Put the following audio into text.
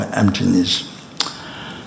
emptiness